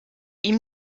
ihm